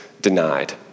denied